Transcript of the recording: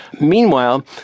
Meanwhile